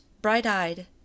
bright-eyed